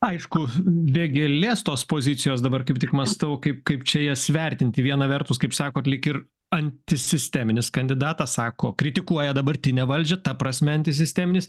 aišku vėgėlės tos pozicijos dabar kaip tik mąstau kaip kaip čia jas vertinti viena vertus kaip sakot lyg ir antisisteminis kandidatas sako kritikuoja dabartinę valdžią ta prasme antisisteminis